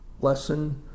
Lesson